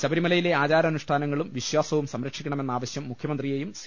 ശബരിമലയിലെ ആചാരാനുഷ്ഠാ നങ്ങളും വിശ്വാസവും സംരക്ഷിക്കണമെന്ന ആവശ്യം മുഖ്യമന്ത്രി യെയും സി